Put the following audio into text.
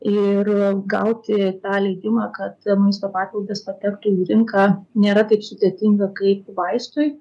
ir gauti tą leidimą kad maisto papildas patektų į rinką nėra taip sudėtinga kaip vaistui